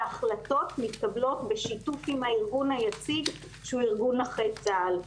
והחלטות מתקבלות בשיתוף עם הארגון היציג שהוא ארגון נכי צה"ל.